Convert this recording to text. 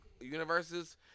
universes